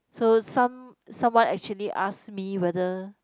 so some someone actually ask me whether